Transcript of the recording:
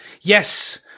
yes